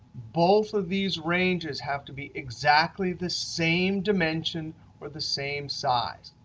both of these ranges have to be exactly the same dimension or the same size.